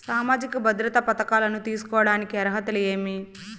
సామాజిక భద్రత పథకాలను తీసుకోడానికి అర్హతలు ఏమి?